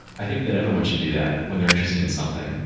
i think that everyone should do that when they're interested in something.